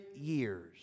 years